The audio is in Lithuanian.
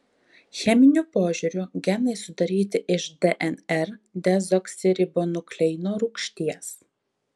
cheminiu požiūriu genai sudaryti iš dnr dezoksiribonukleino rūgšties